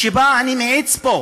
שבה אני מאיץ בו